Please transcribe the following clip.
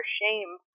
shame